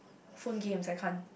phone games I can't